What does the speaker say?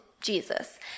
Jesus